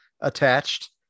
Attached